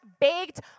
baked